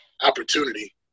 opportunity